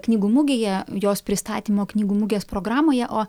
knygų mugėje jos pristatymo knygų mugės programoje o